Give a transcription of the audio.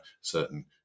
certain